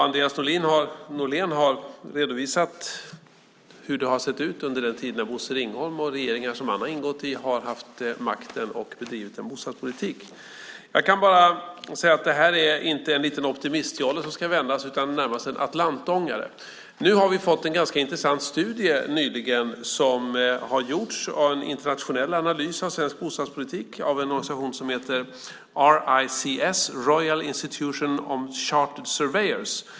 Andreas Norlén har redovisat hur det har sett ut under den tid när Bosse Ringholm och regeringar som han har ingått i har haft makten och bedrivit en bostadspolitik. Jag kan bara säga att det här inte är en liten optimistjolle som ska vändas utan närmast en Atlantångare. Nyligen har vi fått en ganska intressant studie. Det har gjorts en internationell analys av svensk bostadspolitik av en organisation som heter RICS, Royal Institution of Chartered Surveyors.